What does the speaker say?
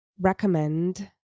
recommend